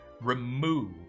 Remove